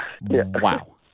Wow